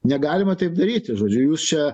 negalima taip daryti žodžiu jūs čia